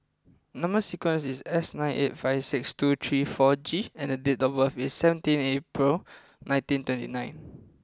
number sequence is S nine eight five six two three four G and the date of birth is seventeen April nineteen twenty nine